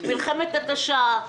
מלחמת התשה,